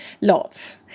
Lots